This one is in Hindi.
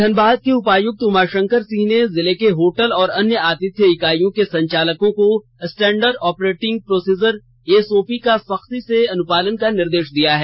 धनबाद के उपायुक्त उमाशंकर सिंह ने जिले के होटल और अन्य आतिथ्य इकाइयां के संचालकों को स्टैंडर्ड ऑपरेटिंग प्रोसिजर एसओपी का सख्ती से अनुपालन का निर्देश दिया है